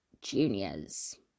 Juniors